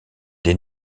des